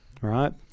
right